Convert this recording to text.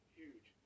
huge